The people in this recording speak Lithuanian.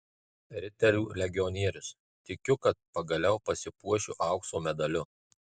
riterių legionierius tikiu kad pagaliau pasipuošiu aukso medaliu